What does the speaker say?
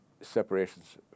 separations